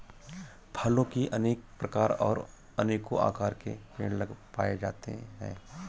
फलों के अनेक प्रकार और अनेको आकार के पेड़ पाए जाते है